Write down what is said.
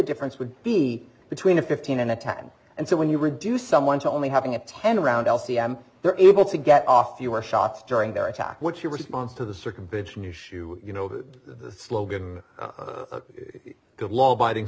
difference would be between a fifteen and attack and so when you reduce someone to only having a ten round l c m they're able to get off your shots during their attack what's your response to the circumvention issue you know the slogan good law abiding